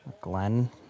Glenn